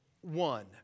one